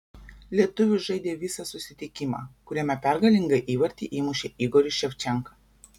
lietuvis žaidė visą susitikimą kuriame pergalingą įvartį įmušė igoris ševčenka